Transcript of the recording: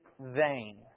vain